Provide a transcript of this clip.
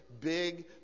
big